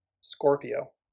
Scorpio